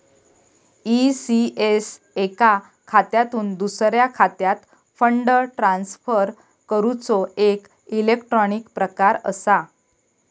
ECS एका खात्यातुन दुसऱ्या खात्यात फंड ट्रांसफर करूचो एक इलेक्ट्रॉनिक प्रकार असा